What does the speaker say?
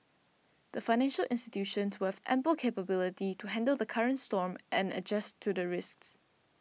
the financial institutions will have ample capability to handle the current storm and adjust to the risks